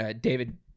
David